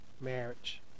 Marriage